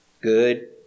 good